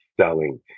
selling